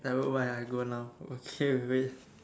never where I go now okay we wait